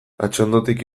atxondotik